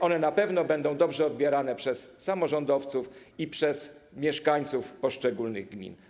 One na pewno będą dobrze odbierane przez samorządowców i przez mieszkańców poszczególnych gmin.